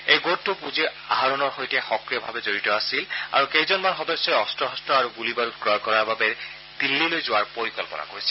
এই গোটটো পুঁজি আহৰণৰ সৈতে সক্ৰিয়ভাৱে জড়িত আছিল আৰু কেইজনমান সদস্যই অস্ত্ৰ শস্ত্ৰ আৰু গুলী বাৰুদ ক্ৰয় কৰাৰ বাবে দিল্লীলৈ যোৱাৰ পৰিকল্পনা কৰিছিল